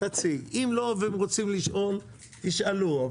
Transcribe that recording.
אם לא, והם רוצים לשאול, ישאלו.